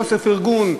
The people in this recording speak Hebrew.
חוסר פרגון,